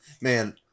Man